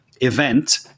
event